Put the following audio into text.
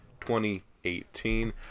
2018